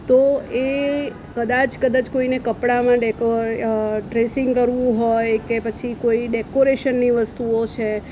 તો એ કદાચ કદાચ કોઈને કપડાંમાં ડેકોર ડ્રેસિંગ કરવું હોય કે પછી કોઈ ડેકોરેશનની વસ્તુઓ છે